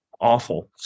awful